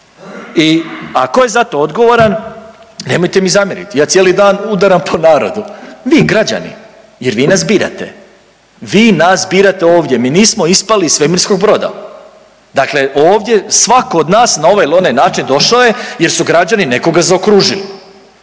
a tko je za to odgovoran? Nemojte mi zamjeriti, ja cijeli dan udaram po narodu. Vi, građani. Jer vi nas birate. Vi nas birate ovdje, mi nismo ispali iz svemirskog broda. Dakle ovdje svatko od nas na ovaj ili onaj način došao je jer su građani nekoga zaokružili